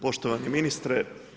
Poštovani ministre.